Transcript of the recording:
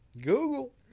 Google